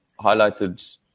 highlighted